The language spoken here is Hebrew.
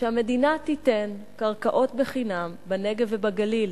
שהמדינה תיתן קרקעות בחינם בנגב ובגליל.